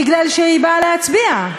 מפני שהיא באה להצביע,